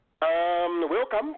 Welcome